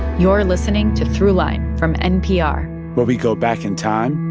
you are listening to throughline from npr where we go back in time.